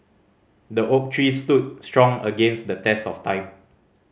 the oak tree stood strong against the test of time